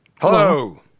Hello